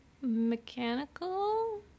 mechanical